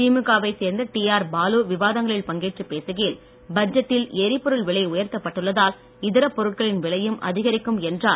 திமுக வைச் சேர்ந்த T R Baalu விவாதங்களில் பங்கேற்று பேசுகையில் பட்ஜெட்டில் எரிபொருள் விலை உயர்த்தப்பட்டுள்ளதால் இதர பொருட்களின் விலையும் அதிகரிக்கும் என்றார்